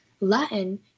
Latin